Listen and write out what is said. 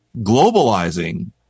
globalizing